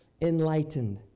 enlightened